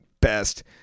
best